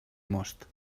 most